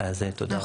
תודה רבה.